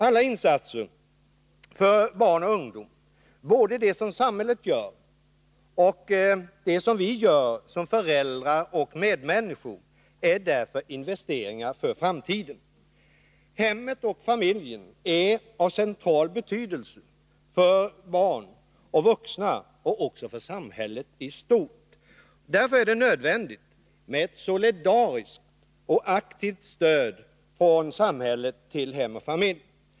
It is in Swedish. Alla insatser för barn och ungdom — både de som samhället gör och dem som vi gör som föräldrar och medmänniskor — är därför investeringar för framtiden. Hemmet och familjen är av central betydelse för barn och vuxna och också för samhället i stort. Därför är det nödvändigt med ett solidariskt och aktivt stöd från samhället till hem och familj.